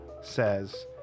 says